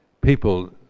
People